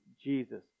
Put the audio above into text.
Jesus